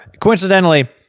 Coincidentally